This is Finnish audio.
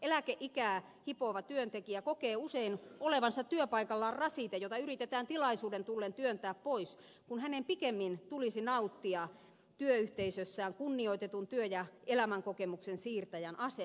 eläkeikää hipova työntekijä kokee usein olevansa työpaikallaan rasite jota yritetään tilaisuuden tullen työntää pois kun hänen pikemmin tulisi nauttia työyhteisössään kunnioitetun työ ja elämänkokemuksen siirtäjän asemasta